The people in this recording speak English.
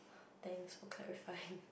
thanks for clarifying